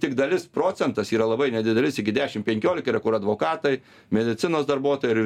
tik dalis procentas yra labai nedidelis iki dešim penkiolika yra kur advokatai medicinos darbuotojai ir